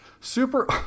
Super